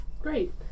great